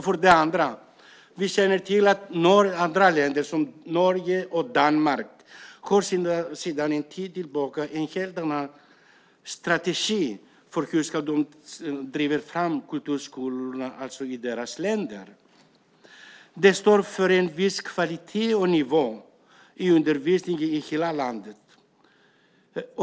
För det andra: Vi känner till att några andra länder, som Norge och Danmark, sedan en tid tillbaka har en helt annan strategi för hur de driver fram kulturskolorna i sina länder. Det står för en viss kvalitet och nivå på undervisningen i hela landet.